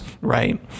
right